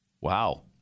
Wow